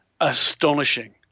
astonishing